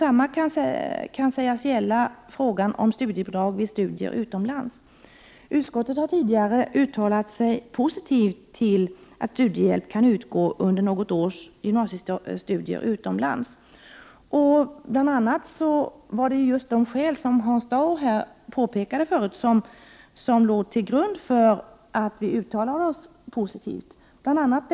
Samma sak kan sägas gälla frågan om studiebidrag vid studier utomlands. Utskottet har tidigare uttalat sig positivt om att studiehjälp kan utgå under några års gymnasiestudier utomlands. Det var bl.a. just det skälet, som Hans Dau tidigare pekade på, som låg till grund för vårt positiva uttalande.